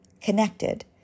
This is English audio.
connected